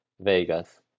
vegas